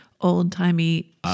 old-timey